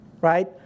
right